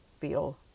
feel